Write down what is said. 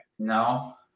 No